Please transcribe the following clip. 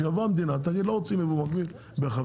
שתבוא המדינה ותגיד שהיא לא רוצה ייבוא מקביל ברכבים,